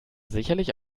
sicherlich